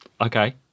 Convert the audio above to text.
Okay